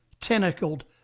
tentacled